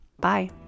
Bye